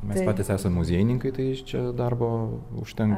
mes patys esam muziejininkai tai iš čia darbo užtenka